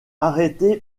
arrêté